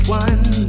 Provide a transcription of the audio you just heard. one